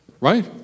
right